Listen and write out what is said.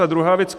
A druhá věc.